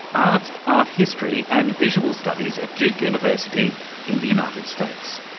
art, art history and visual studies at duke university in the united states.